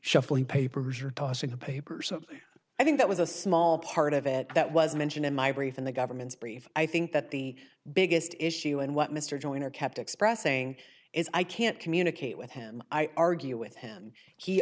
shuffling papers or tossing the papers i think that was a small part of it that was mentioned in my brief in the government's brief i think that the biggest issue and what mr joyner kept expressing is i can't communicate with him i argue with him he